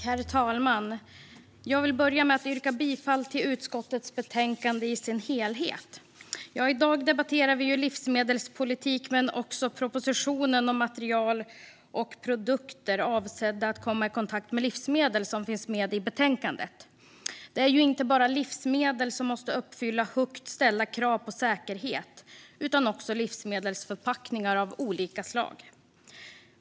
Herr talman! Jag vill börja med att yrka bifall till utskottets förslag i dess helhet. I dag debatterar vi livsmedelspolitik men också propositionen Material och produkter avsedda att komma i kontakt med livsmedel som tas upp i betänkandet. Det är inte bara livsmedel som måste uppfylla högt ställda krav på säkerhet utan också livsmedelsförpackningar av olika slag.